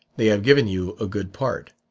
they have given you a good part.